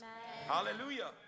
Hallelujah